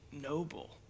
noble